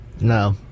No